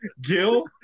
Gil